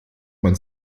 man